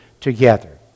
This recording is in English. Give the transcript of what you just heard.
together